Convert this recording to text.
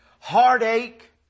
heartache